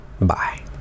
bye